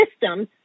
systems